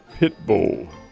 Pitbull